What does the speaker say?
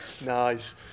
Nice